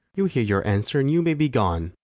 you hear your answer, and you may be gone.